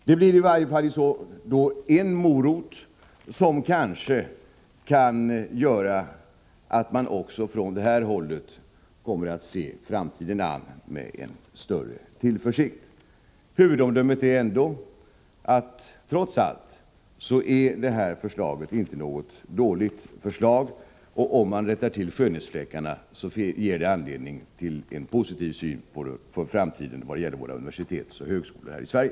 Det skulle bli åtminstone en morot, som kanske kan göra att man också bland universitetslektorerna kommer att se framtiden an med större tillförsikt. Huvudomdömet är ändå att det här förslaget, trots allt, inte är något dåligt förslag. Om skönhetsfläckarna tas bort, ger det anledning till en positiv syn på framtiden för universiteten och högskolorna här i Sverige.